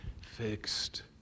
fixed